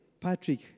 Patrick